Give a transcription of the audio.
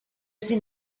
sin